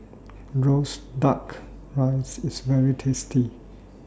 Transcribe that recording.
Roasted Duck Rice IS very tasty